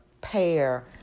pair